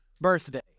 birthday